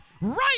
right